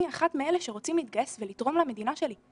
מאלה שרוצים להתגייס ולתרום למדינה שלי.